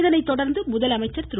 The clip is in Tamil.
இதனை தொடர்ந்து முதலமைச்சர் திரு